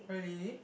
really